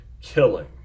killing